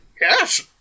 Yes